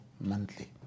monthly